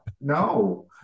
no